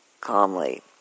calmly